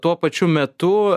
tuo pačiu metu